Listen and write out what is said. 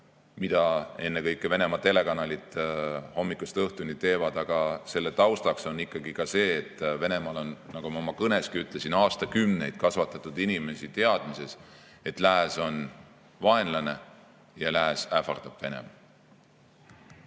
mida ennekõike Venemaa telekanalid hommikust õhtuni teevad. Aga selle taustaks on ikkagi ka see, et Venemaal on, nagu ma oma kõnes ütlesin, aastakümneid kasvatatud inimesi teadmises, et lääs on vaenlane ja lääs ähvardab Venemaad.